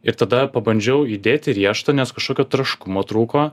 ir tada pabandžiau įdėti riešutą nes kažkokio traškumo trūko